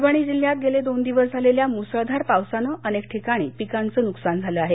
परभणी जिल्ह्यात गेले दोन दिवस झालेल्या मुसळधार पावसानं अनेक ठिकाणी पिकांच नुकसान झालं आहे